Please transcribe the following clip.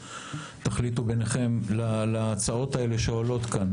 תחליטו ביניכם להצעות שעולות כאן,